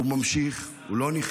הוא ממשיך, הוא לא נכנע.